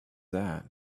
that